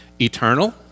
eternal